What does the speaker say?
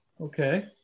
Okay